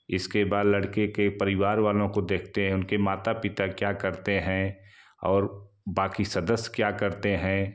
इसके बाद लड़के के परिवार वालों को देखते हैं उनके माता पिता क्या करते हैं और बाकी सदस्य क्या करते हैं